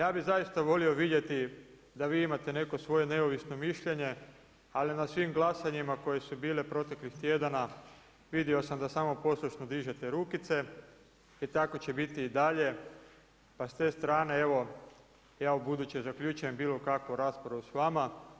Ja bi zaista volio vidjeti da vi imate neko svoje neovisno mišljenje, ali na svim glasanjima koji su bile proteklih tjedana, vidio sam da samo poslušno dižete rukice i tako će biti i dalje, pa s te strane, evo ja ubuduće zaključujem bilo kakvu raspravu s vama.